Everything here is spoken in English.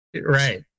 Right